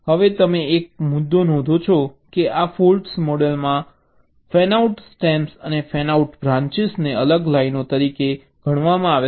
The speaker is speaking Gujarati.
હવે તમે એક મુદ્દો નોંધો છો કે આ ફૉલ્ટ મોડેલમાં ફેનઆઉટ સ્ટેમ્સ અને ફેનઆઉટ બ્રાન્ચિઝ ને અલગ લાઇનો તરીકે ગણવામાં આવે છે